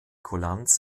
kulanz